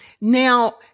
Now